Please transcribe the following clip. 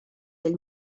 del